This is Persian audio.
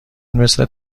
مثل